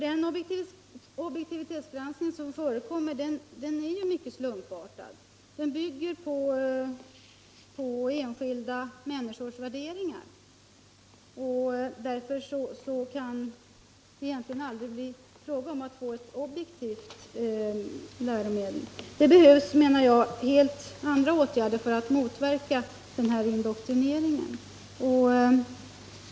Den objektivitetsgranskning som förekommer är ju mycket slumpartad — den bygger på enskilda människors värderingar — och därför kan det egentligen aldrig bli fråga om att få ett objektivt läromedel. Det behövs, menar jag, helt andra åtgärder för att motverka den här indoktrineringen.